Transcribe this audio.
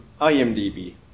imdb